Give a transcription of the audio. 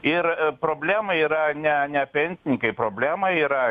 ir problema yra ne ne pensininkai problema yra